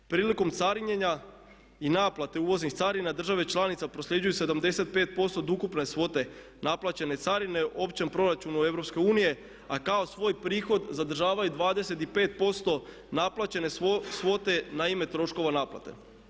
Prilikom carinjenja i naplate uvoznih carina države članice prosljeđuju 75% od ukupne svote naplaćene carine općem proračunu EU a kao svoj prihod zadržavaju 25% naplaćene svote na ime troškova naplate.